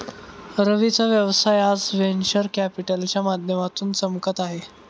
रवीचा व्यवसाय आज व्हेंचर कॅपिटलच्या माध्यमातून चमकत आहे